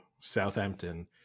Southampton